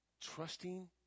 Trusting